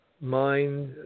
mind